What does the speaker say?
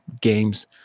games